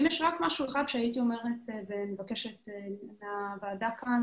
אם יש רק משהו אחד שהייתי אומרת ומבקשת מהוועדה כאן